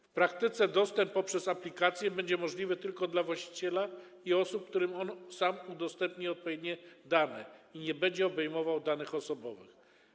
W praktyce dostęp poprzez aplikację będzie możliwy tylko dla właściciela i osób, którym on sam udostępni odpowiednie dane, i nie będzie obejmował danych osobowych.